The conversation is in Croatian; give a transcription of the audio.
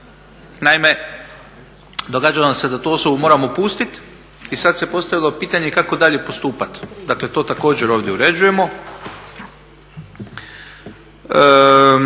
Naime, događalo nam se da tu osobu moramo pustiti i sada se postavilo pitanje kako dalje postupati. Dakle to također ovdje uređujemo.